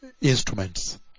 instruments